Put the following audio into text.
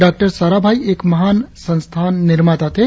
doctor Sarabhai एक महान संस्थान निर्माता थे